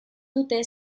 dute